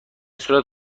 صورت